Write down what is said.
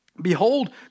Behold